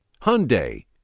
Hyundai